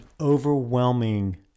overwhelming